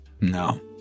No